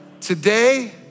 Today